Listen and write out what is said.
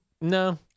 no